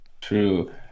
True